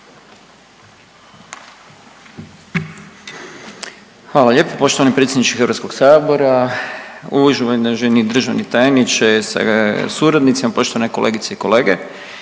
Hvala lijepo poštovani predsjedniče Hrvatskog sabora. Uvaženi državni tajniče sa suradnicima, poštovane kolegice i kolege,